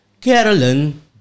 Carolyn